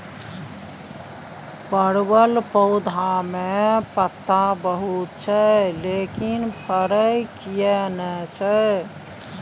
परवल पौधा में पत्ता बहुत छै लेकिन फरय किये नय छै?